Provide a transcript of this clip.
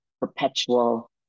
perpetual